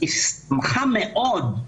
היא --- מאוד,